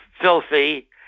filthy